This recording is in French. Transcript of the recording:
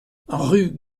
rue